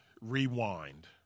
rewind